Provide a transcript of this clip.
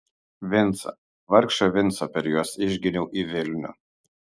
vincą vargšą vincą per juos išginiau į vilnių